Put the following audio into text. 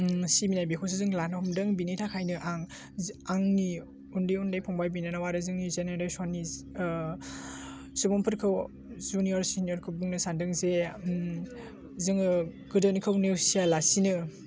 सिबिनाय बेखौसो जों लानो हमदों बेनि थाखायनो आं आंनि उन्दै उन्दै फंबाय बिनानाव आरो जोंनि जेनेरेसननि सुबुंफोरखौ जुनियर सेनियर खौ बुंनो सानदों जे जोङो गोदोनिखौ नेवसियालासेनो